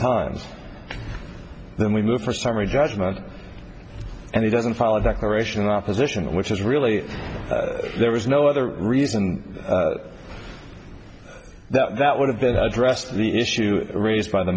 times then we look for summary judgment and he doesn't follow decoration opposition which is really there was no other reason that would have been addressed the issue raised by the